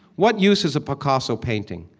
what use is a picasso painting?